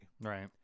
Right